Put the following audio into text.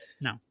No